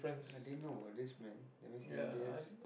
I didn't know about this man that means India's